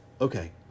okay